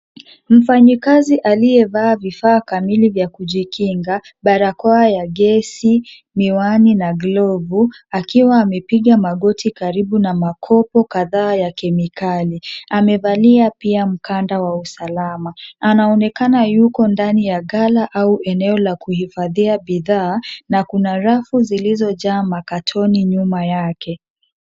Mfanyikazi aliyevaa vifaa kamili vya kujikinga; barakoa ya gesi, miwani na glovu akiwa amepiga magoti karibu na makopo kadhaa ya kemikali. Amevalia pia mkanda wa usalama. Anaonekana yuko ndani ya gala au eneo la kuhifadhia bidhaa na kuna rafu zilizojaa makatoni nyuma yake.